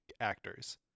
actors